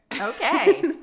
Okay